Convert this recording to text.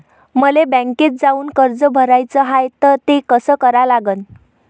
मले बँकेत जाऊन कर्ज भराच हाय त ते कस करा लागन?